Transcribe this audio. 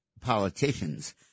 politicians